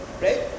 right